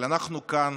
אבל אנחנו כאן